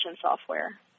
software